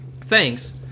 thanks